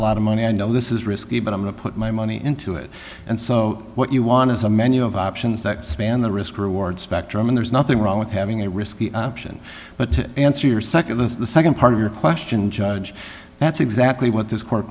lot of money i know this is risky but i'm to put my money into it and so what you want is a menu of options that span the risk reward spectrum and there's nothing wrong with having a risky option but to answer your nd that's the nd part of your question judge that's exactly what this court